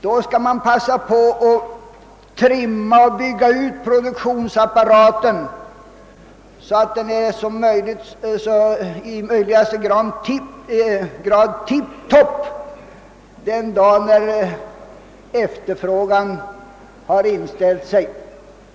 Då skall man trimma och bygga ut produktionsapparaten, så att den blir i möjligaste mån tiptop den dag då efterfrågan har inställt sig.